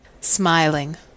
Smiling